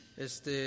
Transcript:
Este